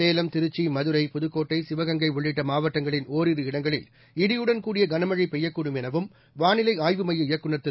சேலம் திருச்சி மதுரை புதுக்கோட்டை சிவகங்கை உள்ளிட்ட மாவட்டங்களின் ஒரிரு இடங்களில் இடியுடன் கூடிய கனமழை பெய்யக்கூடும் எனவும் வானிலை ஆய்வு மைய இயக்குநர் திரு